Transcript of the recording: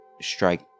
strike